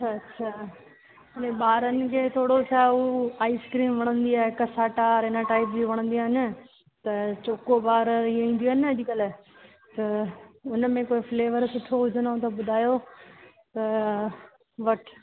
अच्छा अच्छा हाणे ॿारनि खे थोरो छा हू आइसक्रीम वणंदी आहे कसाटा आहिनि टाइप जी वणंदी आहे न त चोकोबार इअं ईंदियूं आहिनि न अॼुकल्ह त हुन में को फ्लेवर सुठो हुजनिव त ॿुधायो त वठि